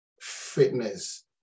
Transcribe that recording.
fitness